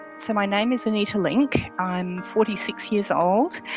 so my name is anita link, i'm forty six years old,